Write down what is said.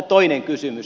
toinen kysymys